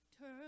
Turn